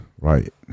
Right